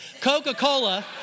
Coca-Cola